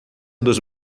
dos